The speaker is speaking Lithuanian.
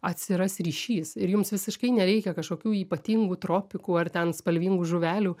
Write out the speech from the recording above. atsiras ryšys ir jums visiškai nereikia kažkokių ypatingų tropikų ar ten spalvingų žuvelių